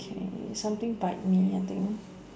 okay something bite me I think